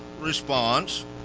response